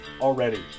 already